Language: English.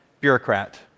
bureaucrat